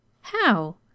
How